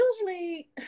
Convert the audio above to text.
Usually